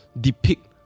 depict